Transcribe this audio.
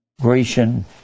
Grecian